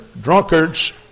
drunkards